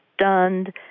stunned